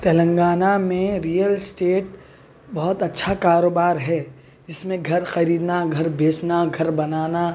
تلنگانہ میں real estate بہت اچّھا کارو بار ہے جس میں گھر خریدنا گھر بیچنا گھر بنانا